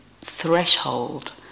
threshold